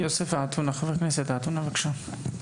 חבר הכנסת יוסף עטאונה, בבקשה.